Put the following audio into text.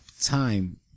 time